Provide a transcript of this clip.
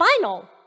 final